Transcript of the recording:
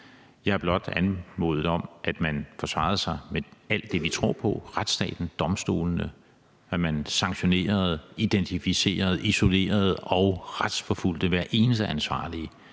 Jeg har blot anmodet om, at man forsvarede sig med alt det, vi tror på, altså retsstaten, domstolene, og at man identificerede, isolerede, sanktionerede og retsforfulgte hver eneste ansvarlige.